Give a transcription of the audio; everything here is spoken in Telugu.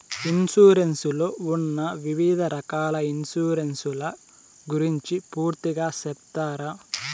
ఇన్సూరెన్సు లో ఉన్న వివిధ రకాల ఇన్సూరెన్సు ల గురించి పూర్తిగా సెప్తారా?